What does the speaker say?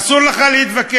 אסור לך להתווכח,